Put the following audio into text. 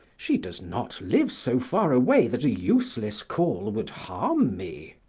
she does not live so far away that a useless call would harm me.